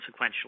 sequentially